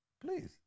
Please